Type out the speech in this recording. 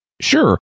Sure